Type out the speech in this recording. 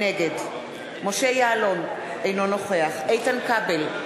נגד משה יעלון, אינו נוכח איתן כבל,